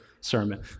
sermon